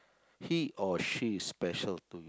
he or she is special to you